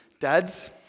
Dad's